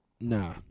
Nah